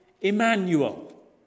Emmanuel